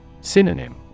Synonym